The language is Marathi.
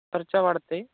खर्च वाढते